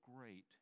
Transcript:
great